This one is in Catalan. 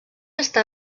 està